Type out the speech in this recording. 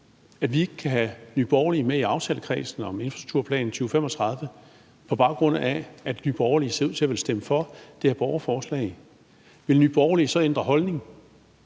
at vi ikke kan have Nye Borgerlige med i aftalekredsen om »Aftale om Infrastrukturplan 2035«, på baggrund af at Nye Borgerlige ser ud til at ville stemme for det her borgerforslag, vil Nye Borgerlige så ændre holdning